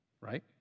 right